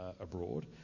abroad